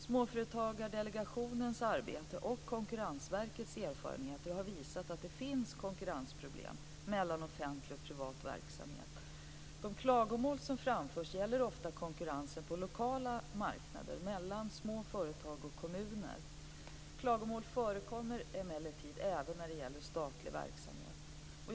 Småföretagsdelegationens arbete och Konkurrensverkets erfarenheter har visat att det finns konkurrensproblem mellan offentlig och privat verksamhet. De klagomål som framförs gäller ofta konkurrensen på lokala marknader mellan små företag och kommuner. Klagomål förekommer emellertid även när det gäller statlig verksamhet.